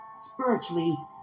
spiritually